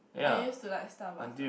I used to like Starbucks lah